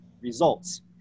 results